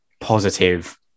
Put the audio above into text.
positive